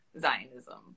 Zionism